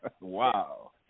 Wow